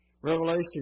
Revelation